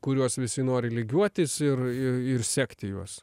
kuriuos visi nori lygiuotis ir ir sekti juos